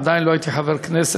עדיין לא הייתי חברי כנסת,